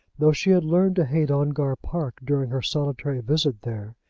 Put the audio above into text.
though she had learned to hate ongar park during her solitary visit there,